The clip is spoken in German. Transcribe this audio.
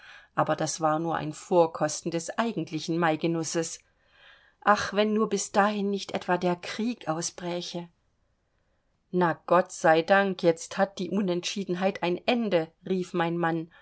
aber das war nur ein vorkosten des eigentlichen maigenusses ach wenn nur bis dahin nicht etwa der krieg ausbräche na gott sei dank jetzt hat die unentschiedenheit ein ende rief mein mann